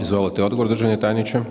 Izvolite odgovor državni tajniče.